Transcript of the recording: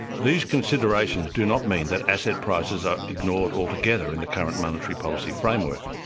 these considerations do not mean that asset prices are ignored altogether in the current monetary policy framework.